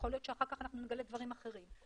יכול להיות שאחר כך אנחנו נגלה דברים אחרים.